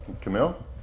Camille